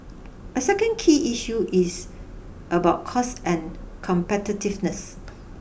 a second key issue is about costs and competitiveness